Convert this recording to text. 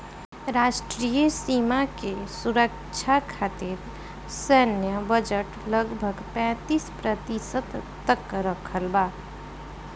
राष्ट्रीय सीमा के सुरक्षा खतिर सैन्य बजट लगभग पैंतीस प्रतिशत तक रखल बा